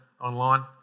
online